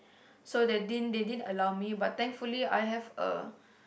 so they didn't they didn't allow me but thankfully I have a